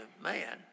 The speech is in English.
man